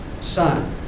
Son